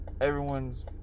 everyone's